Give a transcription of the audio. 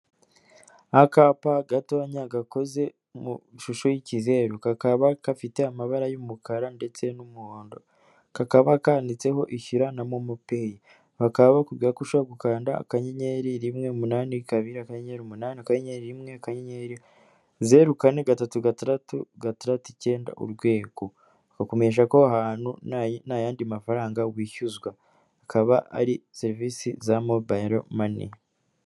Akapa gatoya gakoze mu ishusho y'ikizeru, kakaba gafite amabara y'umukara ndetse n'umuhondo, kakaba kanditseho ishyura na momo pay, bakaba bakubwira ko ushobora gukanda akanyenyeri rimwe umunani kabiri, akanyenyeri umunani, akanyenyeri rimwe, akanyenyeri zero kane gatatu gatandatu gatandatu icyenda urwego, bakakumenyesha ko aho hantu nta yandi mafaranga wishyuzwa akaba ari serivisi za mobile money.